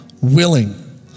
willing